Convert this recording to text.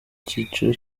cyiciro